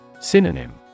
Synonym